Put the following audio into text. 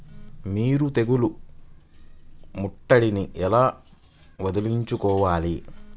మీరు తెగులు ముట్టడిని ఎలా వదిలించుకోవాలి?